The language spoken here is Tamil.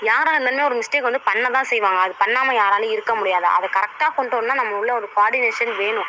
யாராக இருந்தாலுமே ஒரு மிஸ்டேக் வந்து பண்ண தான் செய்வாங்க அது பண்ணாம யாராலையும் இருக்க முடியாது அதை கரெக்ட்டாக கொண்டு வரணுன்னா நம்ம உள்ளே ஒரு கோர்டினேஷன் வேணும்